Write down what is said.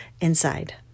inside